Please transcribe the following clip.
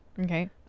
Okay